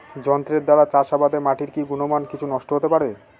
যন্ত্রের দ্বারা চাষাবাদে মাটির কি গুণমান কিছু নষ্ট হতে পারে?